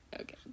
okay